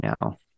now